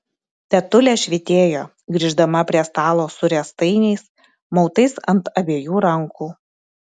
tetulė švytėjo grįždama prie stalo su riestainiais mautais ant abiejų rankų